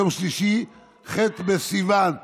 יום שלישי ח' בסיוון התשפ"ב,